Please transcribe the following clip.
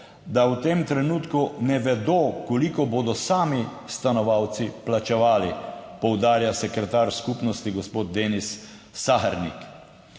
da v tem trenutku ne vedo, koliko bodo sami stanovalci plačevali, poudarja sekretar skupnosti gospod Denis Sahernik.